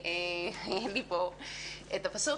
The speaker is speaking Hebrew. אין לי פה את הפסוק.